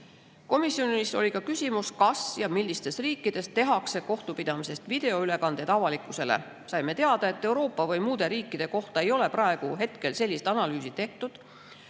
oluline. Komisjonis oli ka küsimus, kas ja millistes riikides tehakse kohtupidamisest videoülekandeid avalikkusele. Saime teada, et Euroopa või muude riikide kohta ei ole praegu sellist analüüsi tehtud.